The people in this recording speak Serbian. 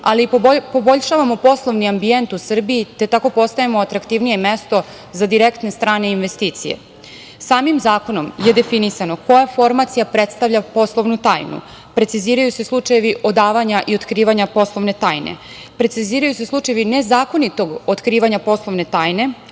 i poboljšavamo poslovni ambijent u Srbiji, te tako postajemo atraktivnije mesto za direktne strane investicije. Samim zakonom je definisano koja forma predstavlja poslovnu tajnu, preciziraju se slučajevi odavanja i otkrivanja poslovne tajne. Preciziraju se slučajevi nezakonitog otkrivanja poslovne tajne,